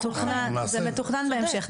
יהיה כזה, זה מתוכנן בהמשך.